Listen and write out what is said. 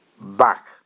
back